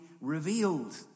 revealed